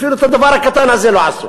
אפילו את הדבר הקטן הזה לא עשו.